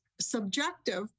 Subjective